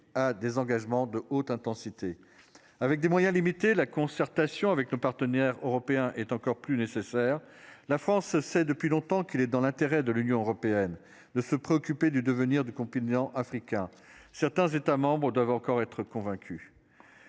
a désengagement de haute intensité avec des moyens limités, la concertation avec nos partenaires européens est encore plus nécessaire. La France sait depuis longtemps qu'il est dans l'intérêt de l'Union européenne de se préoccuper du devenir du camping africain certains États doivent encore être convaincu.